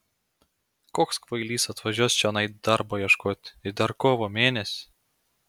koks kvailys atvažiuos čionai darbo ieškoti ir dar kovo mėnesį